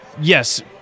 yes